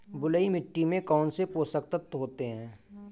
बलुई मिट्टी में कौनसे पोषक तत्व होते हैं?